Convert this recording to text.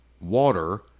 water